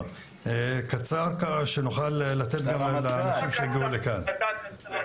קצר ולעניין כדי שנוכל לתת לאנשים שהגיעו לכאן לדבר.